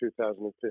2015